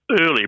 early